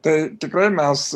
tai tikrai mes